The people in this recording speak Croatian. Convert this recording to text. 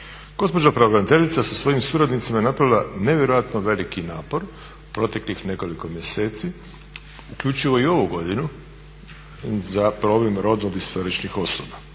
Gospođa pravobraniteljica sa svojim suradnicima je napravila nevjerojatno veliki napor proteklih nekoliko mjeseci uključivo i ovu godinu za problem rodno-disforičnih osoba.